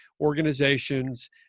organizations